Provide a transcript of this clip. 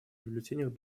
бюллетенях